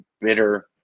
bitter